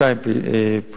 ב.